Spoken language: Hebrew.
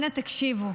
אנא תקשיבו.